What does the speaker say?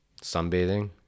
Sunbathing